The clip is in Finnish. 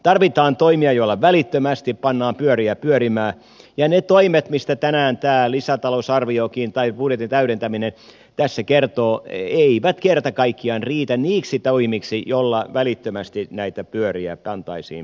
tarvitaan toimia joilla välittömästi pannaan pyöriä pyörimään ja ne toimet mistä tänään tämä lisätalousarviokin tai budjetin täydentäminen tässä kertoo eivät kerta kaikkiaan riitä niiksi toimiksi joilla välittömästi näitä pyöriä pantaisiin pyörimään